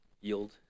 yield